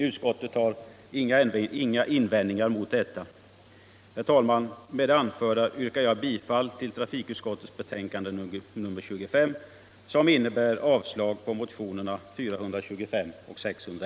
Utskottet har inga invändningar mot detta.